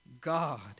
God